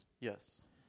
Yes